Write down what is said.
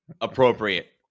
appropriate